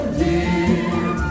dear